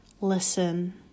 Listen